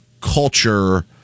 culture